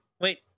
Wait